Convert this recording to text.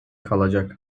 kalacak